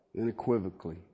unequivocally